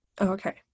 Okay